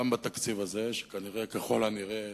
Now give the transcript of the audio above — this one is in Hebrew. גם בתקציב הזה, שכנראה, ככל הנראה,